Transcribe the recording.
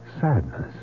sadness